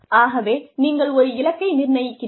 ஆகவே நீங்கள் ஒரு இலக்கை நிர்ணயிக்கிறீர்கள்